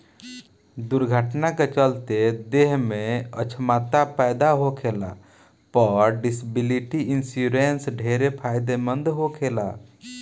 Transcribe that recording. दुर्घटना के चलते देह में अछमता पैदा होखला पर डिसेबिलिटी इंश्योरेंस ढेरे फायदेमंद होखेला